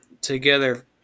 together